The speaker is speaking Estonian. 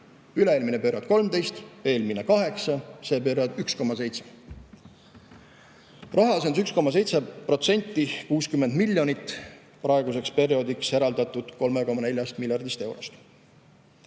Üle-eelmine periood 13, eelmine 8, see periood 1,7. Rahas on see 1,7% ehk 60 miljonit praeguseks perioodiks eraldatud 3,4 miljardist eurost.